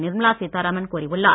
நிர்மலா சீத்தாராமன் கூறியுள்ளார்